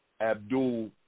Abdul